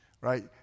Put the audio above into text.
right